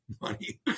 money